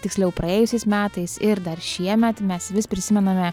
tiksliau praėjusiais metais ir dar šiemet mes vis prisimename